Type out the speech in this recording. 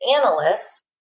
analysts